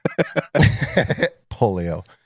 polio